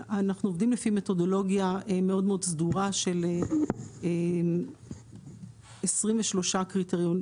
אנחנו עובדים לפי מתודולוגיה מאוד-מאוד סדורה של 23 קריטריונים,